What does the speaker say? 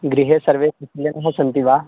गृहे सर्वे कुशलिनः सन्ति वा